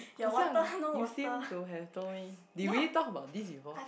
I was young you to seem to have told me did we talk about this before